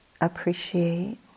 appreciate